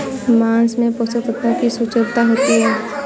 माँस में पोषक तत्त्वों की प्रचूरता होती है